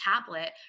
tablet